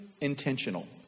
intentional